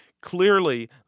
Clearly